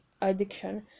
addiction